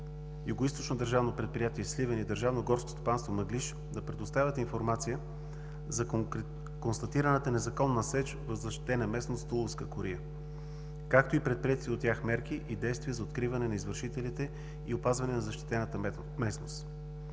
Югоизточно държавно предприятие – Сливен, и Държавно горско стопанство „Мъглиж“ да предоставят информация за констатираната незаконна сеч в защитена местност „Туловска кория“, както и предприетите от тях мерки и действия за откриване на извършителите и опазване на защитената местност.